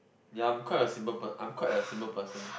ya I'm quite a simple per~ I'm quite a simple person